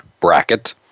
bracket